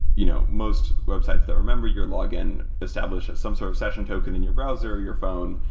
you know most websites don't remember your login, establish some sort of session token in your browser, or your phone,